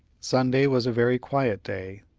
sunday was a very quiet day.